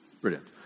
Brilliant